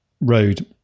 Road